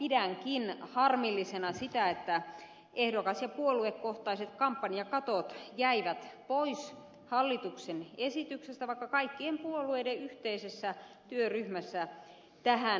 pidänkin harmillisena sitä että ehdokas ja puoluekohtaiset kampanjakatot jäivät pois hallituksen esityksestä vaikka kaikkien puolueiden yhteisessä työryhmässä tähän päädyttiin